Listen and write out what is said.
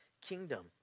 kingdom